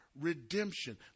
Redemption